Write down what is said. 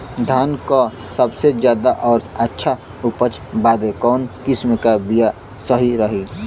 धान क सबसे ज्यादा और अच्छा उपज बदे कवन किसीम क बिया सही रही?